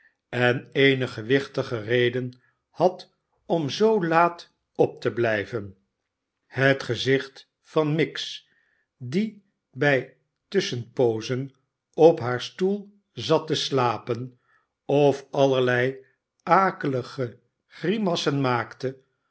en eene gewichtige reden had om zoo laat op te blijven het gezicht van miggs die bij tusschenpoozen op haar stoel zat te slapen of allerlei akelige grimassen maakte